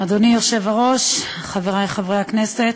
אדוני היושב-ראש, חברי חברי הכנסת,